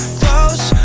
close